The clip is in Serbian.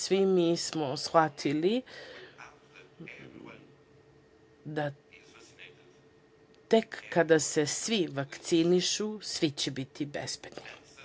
Svi mi smo shvatili da tek kada se svi vakcinišu, svi će biti bezbedni.